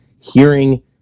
hearing